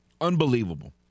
Unbelievable